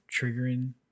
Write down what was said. triggering